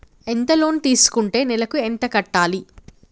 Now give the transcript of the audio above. ఎంత లోన్ తీసుకుంటే నెలకు ఎంత కట్టాలి?